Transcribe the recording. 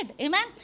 Amen